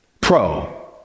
Pro